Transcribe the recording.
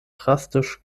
drastisch